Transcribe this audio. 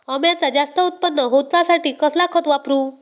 अम्याचा जास्त उत्पन्न होवचासाठी कसला खत वापरू?